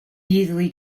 easily